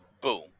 boom